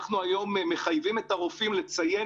אנחנו היום מחייבים את הרופאים לציין